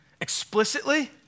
explicitly